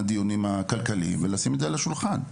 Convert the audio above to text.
לדיונים הכלכליים ולשים את זה על השולחן.